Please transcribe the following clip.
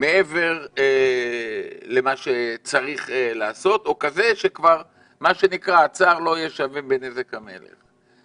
מעבר למה שצריך לעשות או כזה שכבר מה שנקרא הצר לא יהיה שווה בנזק המלך.